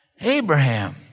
Abraham